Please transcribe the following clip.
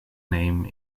name